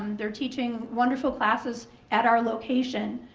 they're teaching wonderful classes at our location.